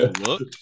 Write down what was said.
look